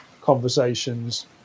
conversations